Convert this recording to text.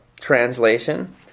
translation